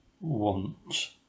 want